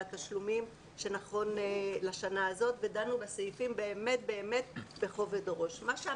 התשלומים נכון לשנה הזאת ובאמת באמת ודנו בסעיפים בכובד ראש.